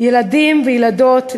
ילדים וילדות,